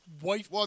white